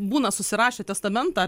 būna susirašę testamentą